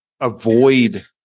avoid